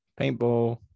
paintball